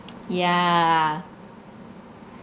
yeah